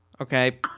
Okay